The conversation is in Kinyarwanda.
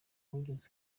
wageze